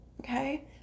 Okay